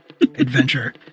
adventure